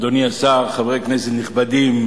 אדוני השר, חברי כנסת נכבדים,